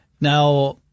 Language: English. Now